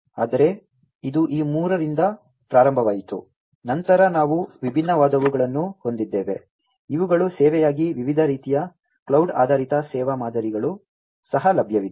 ಆದರೆ ಇದು ಈ ಮೂರರಿಂದ ಪ್ರಾರಂಭವಾಯಿತು ನಂತರ ನಾವು ವಿಭಿನ್ನವಾದವುಗಳನ್ನು ಹೊಂದಿದ್ದೇವೆ ಇವುಗಳು ಸೇವೆಯಾಗಿ ವಿವಿಧ ರೀತಿಯ ಕ್ಲೌಡ್ ಆಧಾರಿತ ಸೇವಾ ಮಾದರಿಗಳು ಸಹ ಲಭ್ಯವಿವೆ